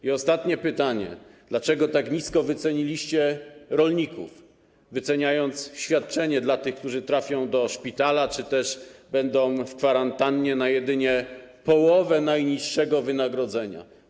I ostatnie pytanie: Dlaczego tak nisko wyceniliście rolników, wyceniając świadczenie dla tych, którzy trafią do szpitala czy też będą w kwarantannie, na jedynie połowę najniższego wynagrodzenia?